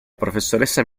professoressa